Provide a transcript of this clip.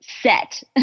set